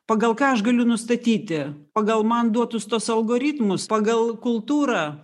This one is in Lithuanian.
pagal ką aš galiu nustatyti pagal man duotus tuos algoritmus pagal kultūrą